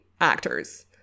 actors